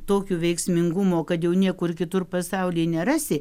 tokio veiksmingumo kad jau niekur kitur pasauly nerasi